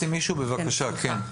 בבקשה, כן.